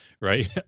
right